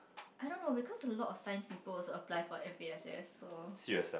I don't know because a lot of science people also applied for F_A_S_S so